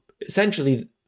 essentially